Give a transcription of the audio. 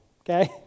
Okay